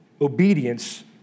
obedience